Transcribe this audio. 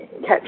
catch